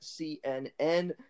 CNN